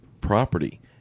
property